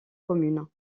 communes